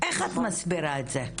איך את מסבירה את זה?